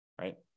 right